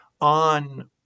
on